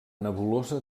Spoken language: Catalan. nebulosa